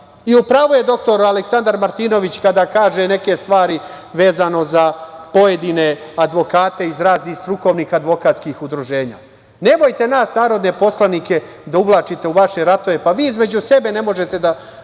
pravu je dr Aleksandar Martinović kada kaže neke stvari vezano za pojedine advokate iz raznih strukovnih advokatskih udruženja – nemojte nas narodne poslanike da uvlačite u vaše ratove. Vi između sebe ne možete da